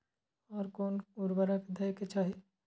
आर कोन कोन उर्वरक दै के चाही?